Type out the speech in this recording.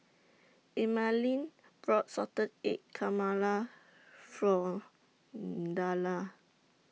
Emaline brought Salted Egg For Dalia